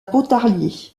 pontarlier